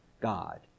God